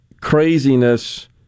craziness